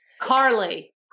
Carly